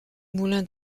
moulin